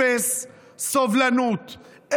אפס סובלנות,